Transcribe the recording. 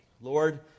Lord